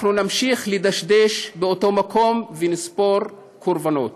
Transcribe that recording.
אנחנו נמשיך לדשדש באותו מקום, ונספור קורבנות.